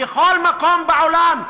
בכל מקום בעולם.